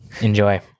Enjoy